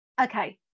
okay